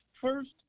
first